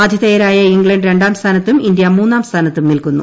ആതിഥേയരായ ഇംഗ്ലണ്ട് രണ്ടാം സ്ഥാനത്തും ഇന്ത്യ മൂന്നാം സ്ഥാനത്തും നിൽക്കുന്നു